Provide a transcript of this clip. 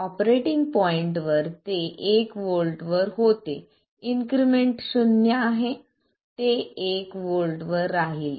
operating पॉईंटवर ते एक व्होल्टवर होते इन्क्रिमेंट शून्य आहे ते 1 व्होल्ट वर राहील